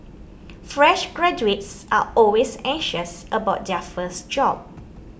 fresh graduates are always anxious about their first job